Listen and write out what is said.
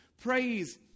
Praise